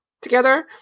together